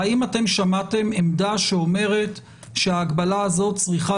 האם אתם שמעתם עמדה שאומרת שההגבלה הזאת צריכה